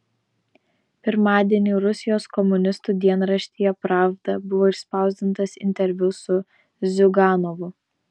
pirmadienį rusijos komunistų dienraštyje pravda buvo išspausdintas interviu su ziuganovu